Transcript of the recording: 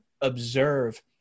observe